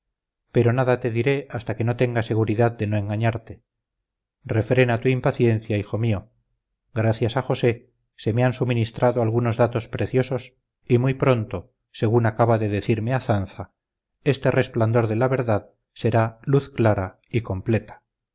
pero nada te diré hasta que no tenga seguridad de no engañarte refrena tu impaciencia hijo mío gracias a josé se me han suministrado algunos datos preciosos y muy pronto según acaba de decirme azanza este resplandor de la verdad será luz clara y completa